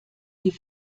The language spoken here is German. die